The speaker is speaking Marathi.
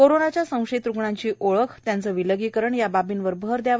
कोरोनाच्या संशयित रुग्णांची ओळख त्यांचे विलगीकरण या बाबींवर भर द्यावा